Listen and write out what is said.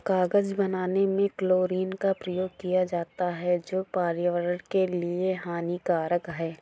कागज बनाने में क्लोरीन का प्रयोग किया जाता है जो पर्यावरण के लिए हानिकारक है